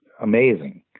amazing